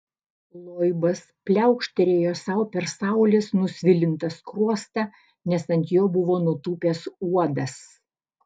loibas pliaukštelėjo sau per saulės nusvilintą skruostą nes ant jo buvo nutūpęs uodas